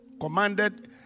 commanded